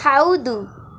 ಹೌದು